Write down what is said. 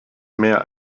mehr